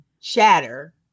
shatter